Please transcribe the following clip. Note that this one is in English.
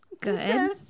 Good